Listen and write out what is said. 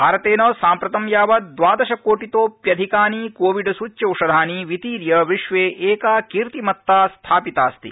भारतेन साम्प्रतं यावत् द्वादश कोटितोऽप्यधिकानि कोविड सूच्यौषधानि वितीर्य विश्वे एका कीर्तिमत्ता स्थापितास्ति